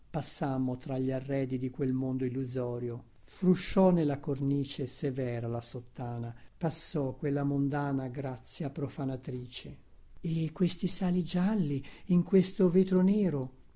passammo tra gli arredi di quel mondo illusorio frusciò nella cornice severa la sottana passò quella mondana grazia profanatrice e questi sali gialli in questo vetro nero